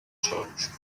george